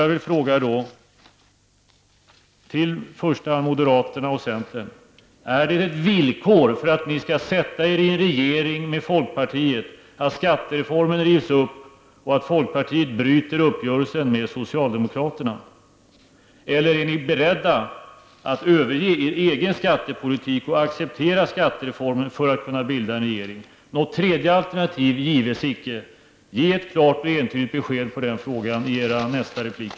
Jag vill i första hand fråga moderaterna och centern: Är det ett villkor för att ni skall sätta er i en regering med folkpartiet att skattereformen rivs upp och att folkpartiet bryter uppgörelsen med socialdemokraterna, eller är ni beredda att överge er egen skattepolitik och acceptera skattereformen för att kunna bilda regering? Något tredje alternativ gives icke. Ge ett klart och entydigt besked beträffande den frågan i nästa replik!